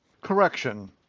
Correction